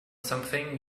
something